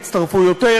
הצטרפו יותר,